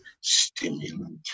stimulant